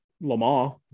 lamar